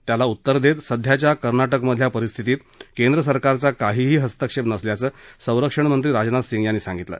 त्यावर उत्तर देत सध्याच्या कर्नाटकमधल्या परिस्थितीत केंद्र सरकारचा काहीही हस्तक्षेप नसल्याचं संरक्षणमंत्री राजनाथ सिंग यांनी सांगितलं